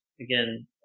again